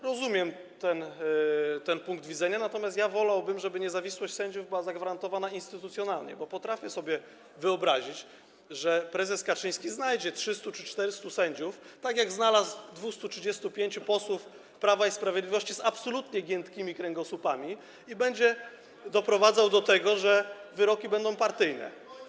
Rozumiem ten punkt widzenia, natomiast wolałbym, żeby niezawisłość sędziów była zagwarantowana instytucjonalnie, bo potrafię sobie wyobrazić, że prezes Kaczyński znajdzie 300 czy 400 sędziów, tak jak znalazł 235 posłów Prawa i Sprawiedliwości, z absolutnie giętkimi kręgosłupami i będzie doprowadzał do tego, że wyroki będą partyjne.